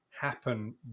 happen